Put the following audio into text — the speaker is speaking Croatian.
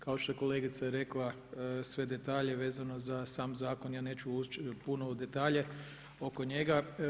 Kao što je kolegica rekla sve detalje vezano za sam zakon ja neću puno u detalje oko njega.